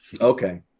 okay